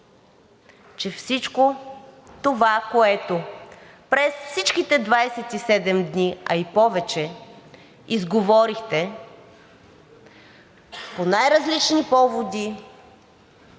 че всичко това, което през всичките 27 дни и повече изговорихте по най-различни поводи